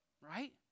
Right